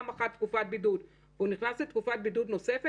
ברור לי שאם אני נפגשתי עם חולה מאומת שלוש פעמים היום פעם בבוקר,